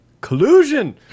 collusion